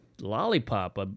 lollipop